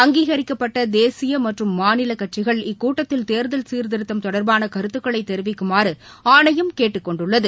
அங்கீகரிக்கப்பட்ட தேசிய மற்றும் மாநில கட்சிகள் இக்கூட்டத்தில் தேர்தல் சீர்திருத்தம் தொடர்பான கருத்துகளை தெரிவிக்குமாறு ஆணையம் கேட்டுக் கொண்டுள்ளது